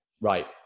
right